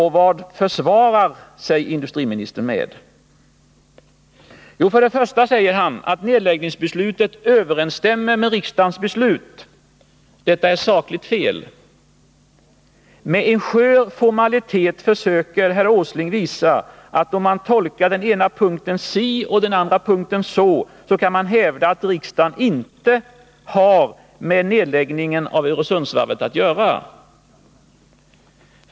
Han säger att nedläggningsbeslutet överensstämmer med riksdagens beslut. Detta är sakligt fel. Med en skör formalitet försöker herr Åsling visa, att om man tolkar den ena punkten si och den andra punkten så kan man hävda att riksdagen inte har med nedläggningen av Öresundsvarvet att göra.